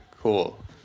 cool